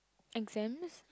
exams